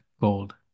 gold